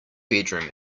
bedroom